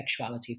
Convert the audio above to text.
sexualities